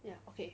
ya okay